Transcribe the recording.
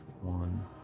One